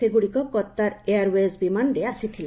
ସେଗୁଡ଼ିକ Qatar Airways ବିମାନରେ ଆସିଥିଲା